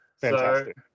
Fantastic